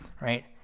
Right